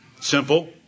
Simple